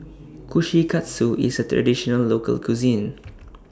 Kushikatsu IS A Traditional Local Cuisine